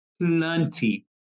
plenty